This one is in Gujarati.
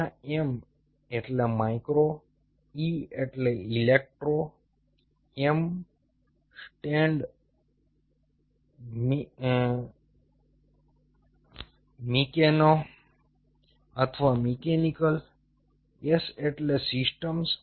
જ્યાં M એટલે માઇક્રો E એટલે ઇલેક્ટ્રો M મીકેનો અથવા મિકેનિકલ S એટલે સિસ્ટમ્સ